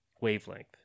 wavelength